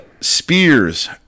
Spears